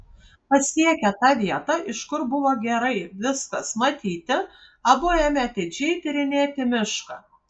pasiekę tą vietą iš kur buvo gerai viskas matyti abu ėmė atidžiai tyrinėti mišką